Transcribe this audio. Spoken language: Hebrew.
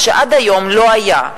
מה שעד היום לא היה.